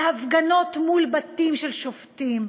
להפגנות מול בתים של שופטים,